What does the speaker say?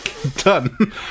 done